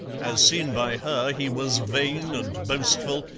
as seen by her, he was vain and boastful,